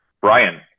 Brian